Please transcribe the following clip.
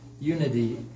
unity